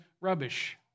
rubbish